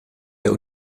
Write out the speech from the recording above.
der